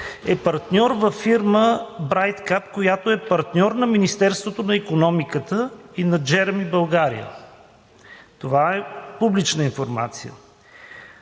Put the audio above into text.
е партньор във фирма BrightCap, която е партньор на Министерството на икономиката и на „Джереми България“. Това е публична информация.